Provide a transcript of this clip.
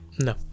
No